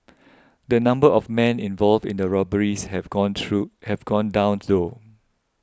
the number of men involved in the robberies have gone true have gone down though